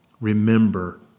Remember